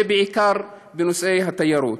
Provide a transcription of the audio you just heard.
ובעיקר בנושאי התיירות.